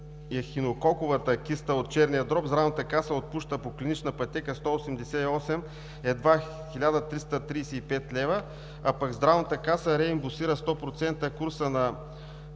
ехинококовата киста от черния дроб, здравната каса отпуска по клинична пътека 188 едва 1335 лв., а пък Здравната каса реимбурсира 100% курса на